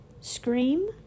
Scream